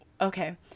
okay